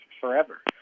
forever